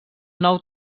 nou